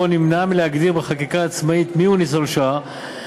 עד כה נמנעה מלהגדיר בחקיקה עצמאית מיהו ניצול שואה,